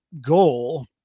goal